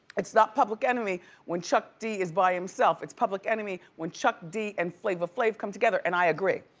it's not public enemy when chuck d is by him self. it's pubic enemy when chuck d and flavor flav come together. and i agree.